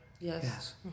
Yes